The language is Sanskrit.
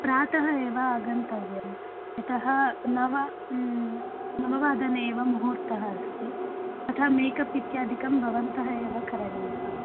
प्रातः एव आगन्तव्यं यतः नव नववादने एव मुहूर्तः अस्ति अतः मेकप् इत्यादिकं भवन्तः एव करणीयः